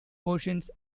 portions